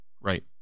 right